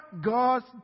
God's